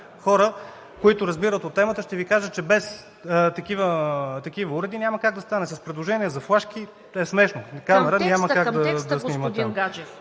Хора, които разбират от темата, ще Ви кажат, че без такива уреди няма как да стане. С предложение за флашки е смешно – няма как да снимат там.